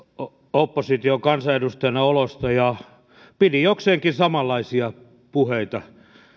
opposition kansanedustajana olosta ja pidin jokseenkin samanlaisia puheita